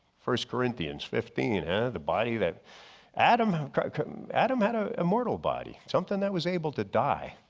first corinthians fifteen and the body that adam adam had a mortal body. something that was able to die,